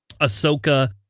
Ahsoka